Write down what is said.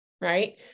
right